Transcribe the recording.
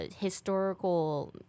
historical